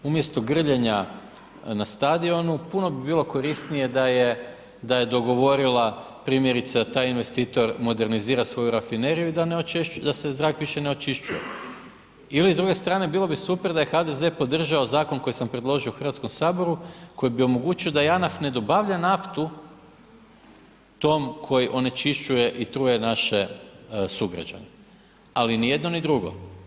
Umjesto grljenja na stadionu, puno bi bilo korisnije da je dogovorila primjerice da taj investitor modernizira svoju rafineriju i da se zrak više ne onečišćuje ili s druge strane bilo bi super da je HDZ podržao zakon koji sam predložio Hrvatskom saboru da JANAF ne dobavlja naftu tom koji onečišćuje i truje naše sugrađane, ali ni jedno ni drugo.